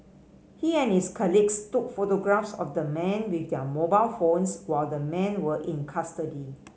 he and his colleagues took photographs of the men with their mobile phones while the men were in custody